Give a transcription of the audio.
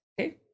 Okay